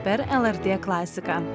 per lrt klasiką